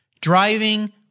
driving